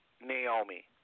Naomi